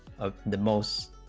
of the most